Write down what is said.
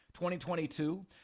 2022